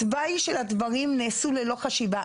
התוואי של הדברים נעשה ללא חשיבה.